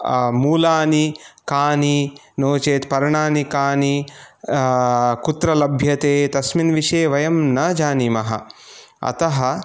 मूलानि कानि नो चेत् पर्णानि कानि त्र लभ्यते तस्मिन् विषये न जानीमः अतः